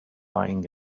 lying